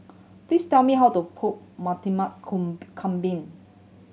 please tell me how to cook kambing